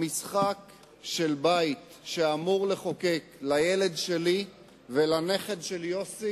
המשחק של בית שאמור לחוקק לילד שלי, לנכד של יוסי